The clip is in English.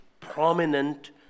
prominent